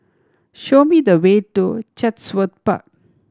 show me the way to Chatsworth Park